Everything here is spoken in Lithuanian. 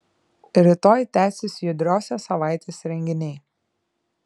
rytoj tęsis judriosios savaitės renginiai